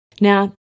Now